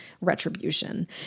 retribution